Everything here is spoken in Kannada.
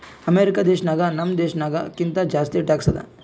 ಅಮೆರಿಕಾ ದೇಶನಾಗ್ ನಮ್ ದೇಶನಾಗ್ ಕಿಂತಾ ಜಾಸ್ತಿ ಟ್ಯಾಕ್ಸ್ ಅದಾ